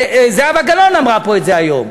זהבה גלאון אמרה פה את זה היום: